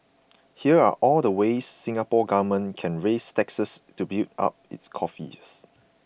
here are all the ways the Singapore Government can raise taxes to build up its coffers